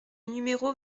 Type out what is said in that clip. numéro